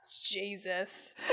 Jesus